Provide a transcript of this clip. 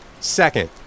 Second